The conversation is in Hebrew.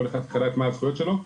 כל אחד צריך לדעת מה הזכויות שלו.